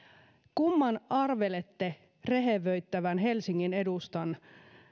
kumman arvelette rehevöittävän helsingin edustan